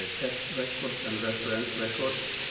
ah test records and reference records.